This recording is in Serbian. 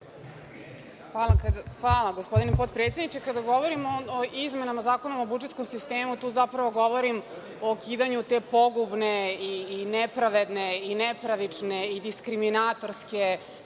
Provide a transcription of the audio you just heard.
Hvala, gospodine potpredsedniče. Kada govorim o izmenama Zakona o budžetskom sistemu tu, zapravo, govorim o ukidanju te pogubne, nepravedne, nepravične i diskriminatorske,